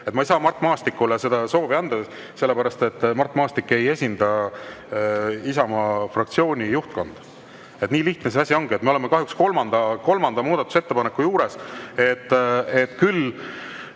Ma ei saa seda Mart Maastiku soovi [täita], sellepärast et Mart Maastik ei esinda Isamaa fraktsiooni juhtkonda. Nii lihtne see asi ongi. Me oleme kahjuks kolmanda muudatusettepaneku juures. Küll